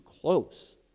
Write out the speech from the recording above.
close